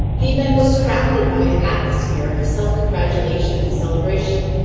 the event was surrounded by an atmosphere of self-congratulation and celebration,